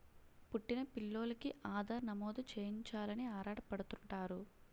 పుట్టిన పిల్లోలికి ఆధార్ నమోదు చేయించాలని ఆరాటపడుతుంటారు